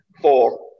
four